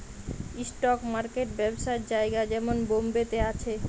stock market ব্যবসার জায়গা যেমন বোম্বে তে আছে